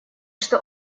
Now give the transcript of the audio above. что